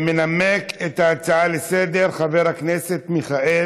מנמק את ההצעה לסדר-היום חבר הכנסת מיכאל